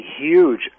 huge